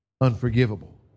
unforgivable